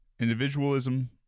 Individualism